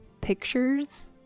pictures